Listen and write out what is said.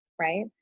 right